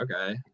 okay